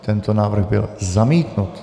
Tento návrh byl zamítnut.